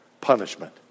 punishment